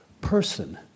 person